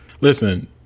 Listen